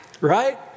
right